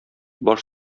баш